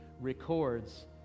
records